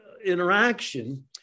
interaction